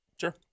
sure